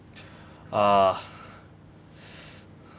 ah